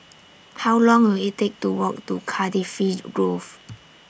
How Long Will IT Take to Walk to Cardifi Grove